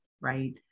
right